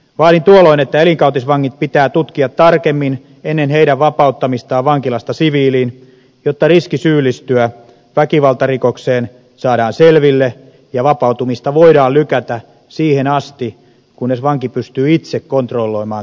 vaadin tuolloin että elinkautisvangit pitää tutkia tarkemmin ennen heidän vapauttamistaan vankilasta siviiliin jotta riski syyllistyä väkivaltarikokseen saadaan selville ja vapautumista voidaan lykätä siihen asti kunnes vanki pystyy itse kontrolloimaan käyttäytymistään